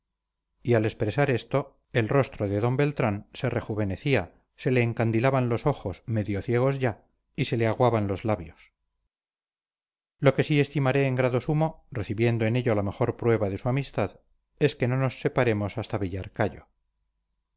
y al expresar esto el rostro de d beltrán se rejuvenecía se le encandilaban los ojos medio ciegos ya y se le aguaban los labios lo que sí estimaré en grado sumo recibiendo en ello la mejor prueba de su amistad es que no nos separemos hasta